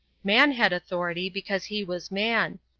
man had authority because he was man.